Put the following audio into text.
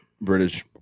british